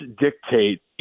dictate